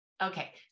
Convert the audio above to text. Okay